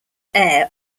air